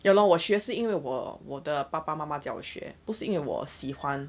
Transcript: ya lor 我是因为我我的爸爸妈妈叫我学不是因为我喜欢